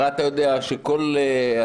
הרי אתה יודע שבכל התקנות